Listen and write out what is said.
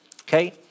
okay